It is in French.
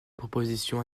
propositions